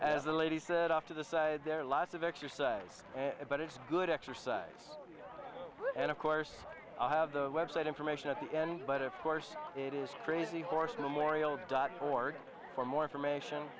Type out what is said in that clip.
as the lady said off to the side there are lots of exercise but it's good exercise and of course i have the web site information at the end but of course it is crazy horse memorial dot org for more information